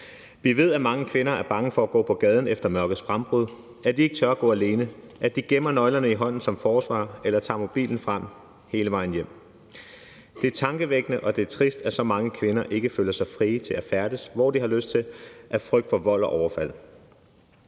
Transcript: Vi ved, at mange kvinder er så bange for at gå på gaden efter mørkets frembrud, at de ikke tør gå alene, at de gemmer nøglerne i hånden som forsvar eller tager mobilen frem hele vejen hjem. Det er tankevækkende, og det er trist, at så mange kvinder ikke føler sig frie til at færdes, hvor de har lyst til at færdes, af frygt for vold og overfald.